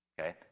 Okay